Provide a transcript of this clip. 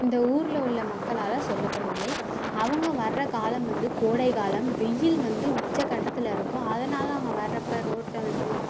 இந்த ஊரில் உள்ள மக்களால் சொல்லப்படுது அவங்க வர காலம் வந்து கோடைக்காலம் வெயில் வந்து உச்சக்கட்டத்தில் இருக்கும் அதனால அவங்க வரப்போ ரோட்டை வந்து